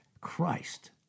Christ